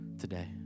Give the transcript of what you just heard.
today